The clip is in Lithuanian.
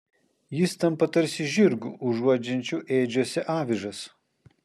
jis tampa tarsi žirgu užuodžiančiu ėdžiose avižas